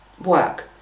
work